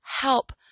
help